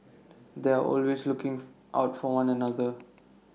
they are always looking out for one another